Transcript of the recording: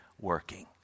working